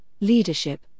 leadership